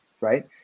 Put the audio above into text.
right